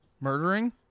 Murdering